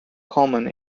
common